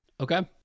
Okay